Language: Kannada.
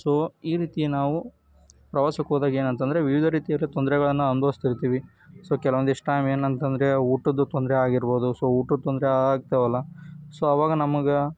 ಸೊ ಈ ರೀತಿ ನಾವು ಪ್ರವಾಸಕ್ಕೆ ಹೋದಾಗ ಏನು ಅಂತ ಅಂದ್ರೆ ವಿವಿಧ ರೀತಿಯಲ್ಲೂ ತೊಂದರೆಗಳನ್ನ ಅನುಭವಿಸ್ತಿರ್ತೀವಿ ಸೊ ಕೆಲವೊಂದಿಷ್ಟು ಟೈಮ್ ಏನಂತ ಅಂದ್ರೆ ಊಟದ ತೊಂದರೆ ಆಗಿರ್ಬೋದು ಸೊ ಊಟದ ತೊಂದರೆ ಆಗ್ತಾವಲ್ಲ ಸೊ ಆವಾಗ ನಮ್ಗೆ